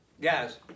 Guys